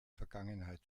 vergangenheit